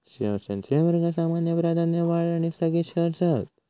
shares यांचे वर्ग सामान्य, प्राधान्य, वाढ आणि स्थगित शेअर्स हत